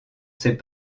ses